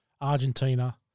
Argentina